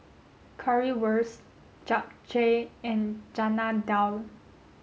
Currywurst Japchae and Chana Dal